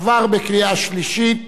עבר בקריאה שלישית